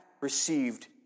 received